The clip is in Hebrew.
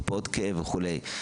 מרפאות כאב וכולי.